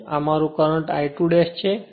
તેથી આ મારું I2 કરંટ છે